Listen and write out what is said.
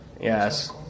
Yes